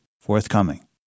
forthcoming